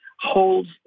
holds